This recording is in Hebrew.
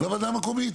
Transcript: לוועדה המקומית.